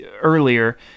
earlier